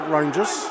Rangers